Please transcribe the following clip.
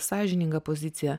sąžininga pozicija